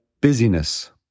busyness